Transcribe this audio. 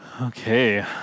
Okay